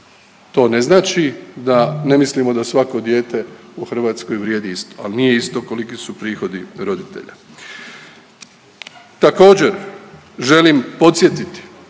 To ne značimo da ne mislimo da svako dijete u Hrvatskoj vrijedi isto, ali nije isto koliki su prihodi roditelja. Također, želim podsjetiti